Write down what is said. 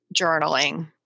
journaling